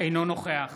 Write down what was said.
אינו נוכח